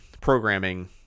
programming